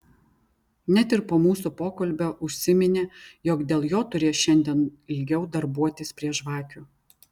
net ir po mūsų pokalbio užsiminė jog dėl jo turės šiandien ilgiau darbuotis prie žvakių